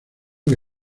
que